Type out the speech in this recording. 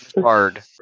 Hard